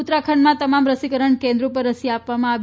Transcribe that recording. ઉત્તરાખંડમાં તમામ રસીકરણ કેન્દ્રો પર રસી આપવામાં આવી